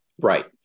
Right